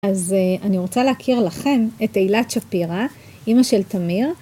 אז אני רוצה להכיר לכם את אילת שפירא, אימא של תמיר.